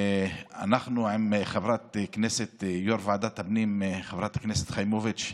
אנחנו קיימנו עם יושבת-ראש ועדת הפנים חברת הכנסת חיימוביץ'